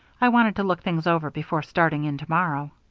i wanted to look things over before starting in to-morrow.